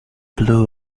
blue